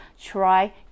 Try